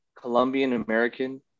Colombian-American